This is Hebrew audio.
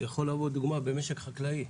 יכול להוות דוגמה במשק חקלאי.